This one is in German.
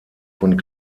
von